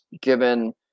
given